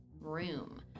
room